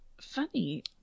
funny